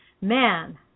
Man